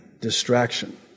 distraction